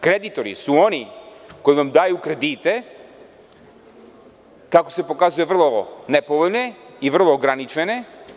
Kreditori su oni koji vam daju kredite, kako se pokazuje vrlo nepovoljne i vrlo ograničene.